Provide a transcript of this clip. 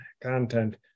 content